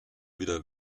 wieder